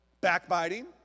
Backbiting